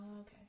okay